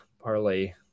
parlay